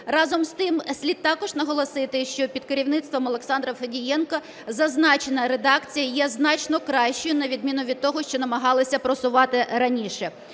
Разом з тим, слід також наголосити, що під керівництвом Олександра Федієнка зазначена редакція є значно кращою, на відміну від того, що намагалися просувати раніше.